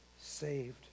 saved